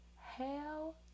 hell